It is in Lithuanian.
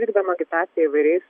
vykdoma agitacija įvairiais